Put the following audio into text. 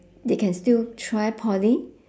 they can still try poly